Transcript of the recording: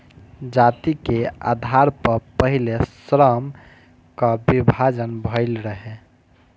जाति के आधार पअ पहिले श्रम कअ विभाजन भइल रहे